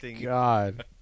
God